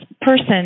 person